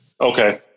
Okay